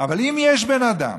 אבל אם יש בן אדם